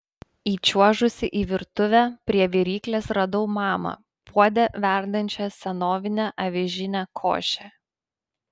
įčiuožusi į virtuvę prie viryklės radau mamą puode verdančią senovinę avižinę košę